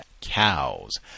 cows